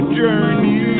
journey